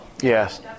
Yes